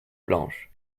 blanches